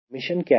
mission क्या है